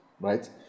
right